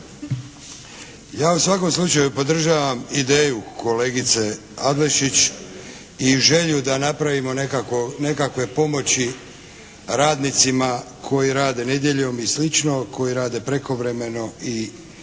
Ja u svakom slučaju podržavam ideju kolegice Adlešić i želju da napravimo nekakve pomoći radnicima koji rade nedjeljom i slično, koji rade prekovremeno i tako.